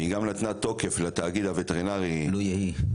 והוא גם נתן תוקף לתאגיד הווטרינרי --- לו יהי.